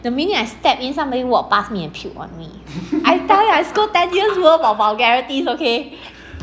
the minute I stepped in somebody walk past me and puke on me I tell you I scold ten years' worth of vulgarities okay